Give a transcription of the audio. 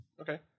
Okay